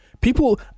People